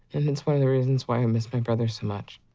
it's one of the reasons why i miss my brother so much.